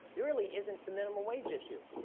it really isn't the minimum wage issue.